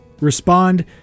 Respond